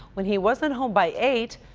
when he wasn't home by eight